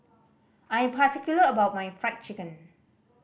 I'm particular about my Fried Chicken